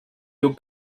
your